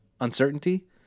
uncertainty